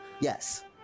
yes